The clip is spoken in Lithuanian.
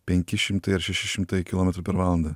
penki šimtai ar šeši šimtai kilometrų per valandą